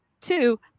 two